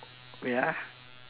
wait ah